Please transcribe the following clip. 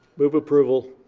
move approval.